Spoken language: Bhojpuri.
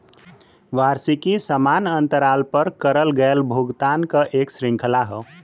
वार्षिकी समान अंतराल पर करल गयल भुगतान क एक श्रृंखला हौ